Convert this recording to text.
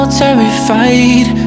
terrified